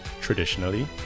Traditionally